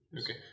Okay